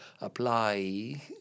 apply